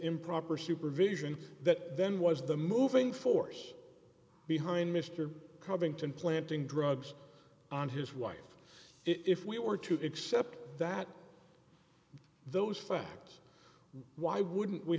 improper supervision that then was the moving force behind mr covington planting drugs on his wife if we were to accept that those facts why wouldn't we